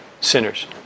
sinners